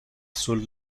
sur